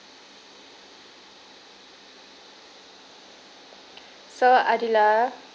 so adila